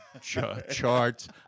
charts